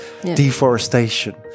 deforestation